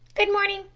good morning!